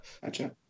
gotcha